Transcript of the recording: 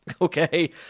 okay